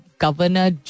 Governor